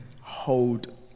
hold